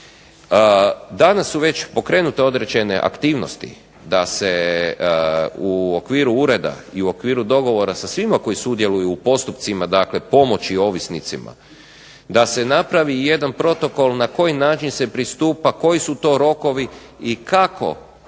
Danas su već pokrenute određene aktivnosti da se u okviru ureda i u okviru dogovora sa svima koji sudjeluju u postupcima pomoći ovisnicima da se napravi jedan protokol na koji način se pristupa, koji su to rokovi i kako